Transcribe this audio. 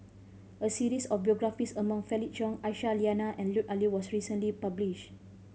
a series of biographies about Felix Cheong Aisyah Lyana and Lut Ali was recently publish